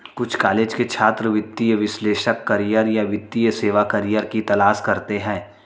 कुछ कॉलेज के छात्र वित्तीय विश्लेषक करियर या वित्तीय सेवा करियर की तलाश करते है